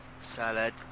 salad